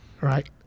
right